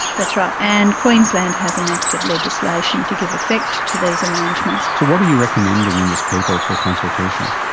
that's right, and queensland has enacted legislation to give effect to these arrangements. so what are you recommending in this paper for consultation?